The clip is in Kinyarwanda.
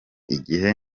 igihe